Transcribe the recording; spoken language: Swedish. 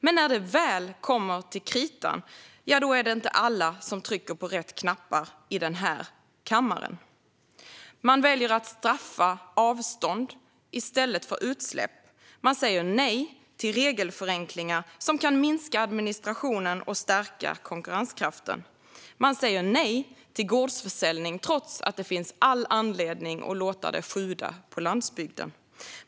Men när det väl kommer till kritan är det inte alla som trycker på rätt knappar i denna kammare. De väljer att straffa avstånd i stället för utsläpp. De säger nej till regelförenklingar som kan minska administrationen och stärka konkurrenskraften. De säger nej till gårdsförsäljning, trots att det finns all anledning att låta det sjuda på landsbygden.